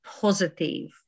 Positive